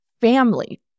family